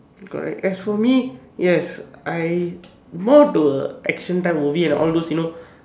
correct as for me yes I more to a action type movie and all those you know